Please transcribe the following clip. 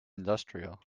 industrial